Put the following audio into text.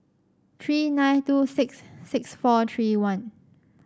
three nine two six six four three one